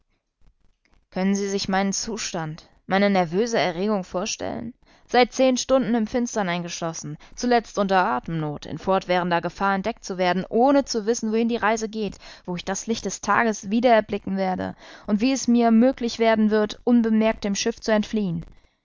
können sie sich meinen zustand meine nervöse erregung vorstellen seit zehn stunden im finstern eingeschlossen zuletzt unter atemnot in fortwährender gefahr entdeckt zu werden ohne zu wissen wohin die reise geht wo ich das licht des tages wieder erblicken werde und wie es mir möglich werden wird unbemerkt dem schiff zu entfliehen